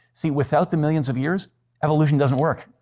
see, without the millions of years evolution doesn't work.